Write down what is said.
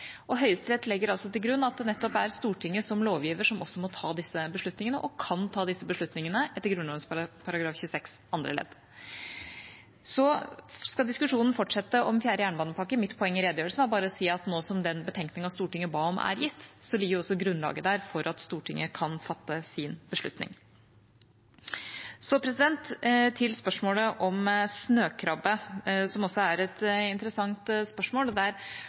og Høyesterett legger til grunn at det nettopp er Stortinget som lovgiver som må ta disse beslutningene, og kan ta disse beslutningene etter Grunnloven § 26 andre ledd. Diskusjonen om fjerde jernbanepakke skal fortsette. Mitt poeng i redegjørelsen var bare å si at nå som den betenkningen Stortinget ba om, er gitt, ligger jo også grunnlaget der for at Stortinget kan fatte sin beslutning. Så til spørsmålet om snøkrabbe, som også er et interessant spørsmål.